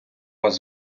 вас